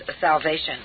salvation